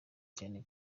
cyane